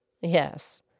Yes